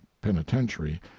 penitentiary